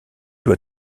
doit